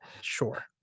Sure